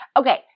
Okay